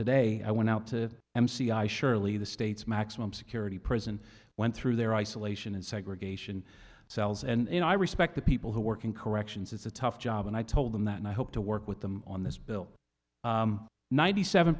today i went out to m c i surely the state's maximum security prison went through their isolation and segregation cells and i respect the people who work in corrections it's a tough job and i told them that and i hope to work with them on this bill ninety seven